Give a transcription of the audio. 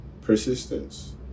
persistence